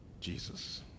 Jesus